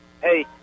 hey